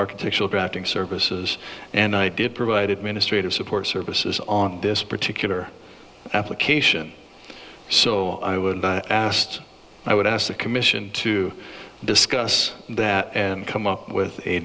architectural drafting services and i did provided ministry of support services on this particular application so i would be i asked i would ask the commission to discuss that and come up with a